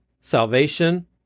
Salvation